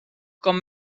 com